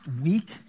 week